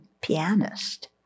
pianist